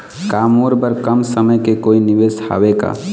का मोर बर कम समय के कोई निवेश हावे का?